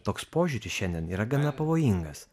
toks požiūris šiandien yra gana pavojingas